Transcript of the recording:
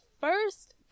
first